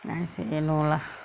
health and all lah